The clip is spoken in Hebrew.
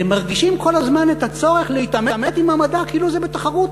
מרגישים כל הזמן את הצורך להתעמת עם המדע כאילו זה בתחרות.